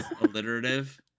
alliterative